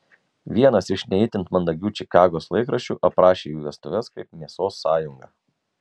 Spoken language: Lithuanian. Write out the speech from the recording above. vienas iš ne itin mandagių čikagos laikraščių aprašė jų vestuves kaip mėsos sąjungą